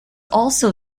also